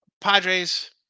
Padres